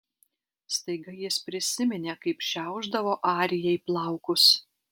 staiga jis prisiminė kaip šiaušdavo arijai plaukus